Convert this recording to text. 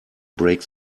break